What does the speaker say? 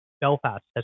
belfast